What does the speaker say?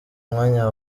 mwanya